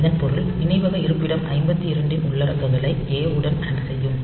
இதன் பொருள் நினைவக இருப்பிடம் 52 ன் உள்ளடக்கங்களை A உடன் அண்ட் செய்யும்